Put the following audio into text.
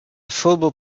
football